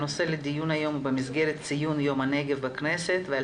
הנושא לדיון היום במסגרת ציון יום הנגב בכנסת ועל